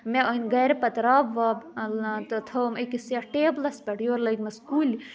مےٚ أنۍ گَرِ پَتہٕ رَب وَب تہٕ تھٲوم أکِس یتھ ٹیبلَس پٮ۪ٹھ یورٕ لٲگۍ مَس کُلۍ